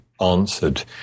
answered